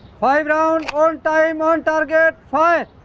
five round, on time, on target fire!